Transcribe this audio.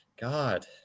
God